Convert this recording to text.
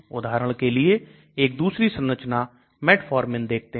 उदाहरण के लिए एक दूसरी संरचना metformin देखते हैं